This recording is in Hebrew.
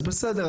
בסדר,